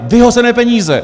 Vyhozené peníze!